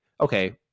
okay